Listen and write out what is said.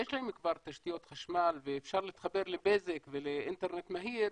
שיש להם כבר תשתיות חשמל ואפשר להתחבר לבזק ולאינטרנט מהיר,